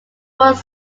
was